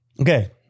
Okay